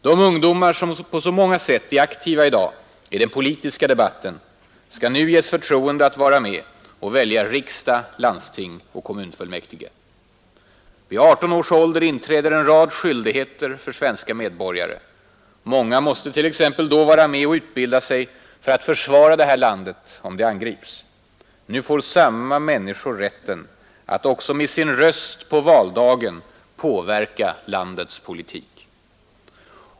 De ungdomar, som på så många sätt är aktiva i dag i den politiska debatten, skall nu ges förtroendet att vara med att välja riksdag, landsting och kommunfullmäktige. Vid 18 års ålder inträder en rad skyldigheter för svenska medborgare. Många måste t.ex. då vara med och utbilda sig för att försvara det här landet om det angrips. Nu får samma människor rätten att också med sin röst på valdagen påverka landets politik.